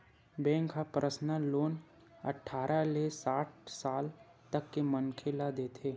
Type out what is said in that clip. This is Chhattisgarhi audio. बेंक ह परसनल लोन अठारह ले साठ साल तक के मनखे ल देथे